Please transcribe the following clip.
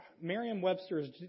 Merriam-Webster's